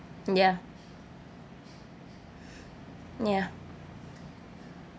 ya ya